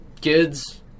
kids